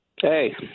Hey